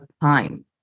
time